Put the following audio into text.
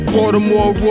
Baltimore